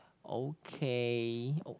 okay